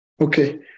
Okay